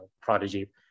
prodigy